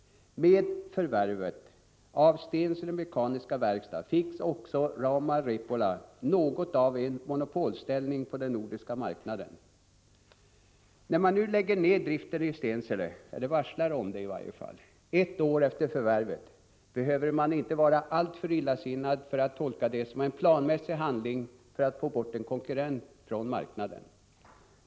Med förvärvet av Stensele Mekaniska Verkstad fick också Rauma Repola något av en monopolställning på den nordiska marknaden. När det nu varslas om 31 nedläggning av driften i Stensele ett år efter förvärvet behöver man inte vara alltför illasinnad för att tolka det som en planmässig handling för att få bort en konkurrent från marknaden.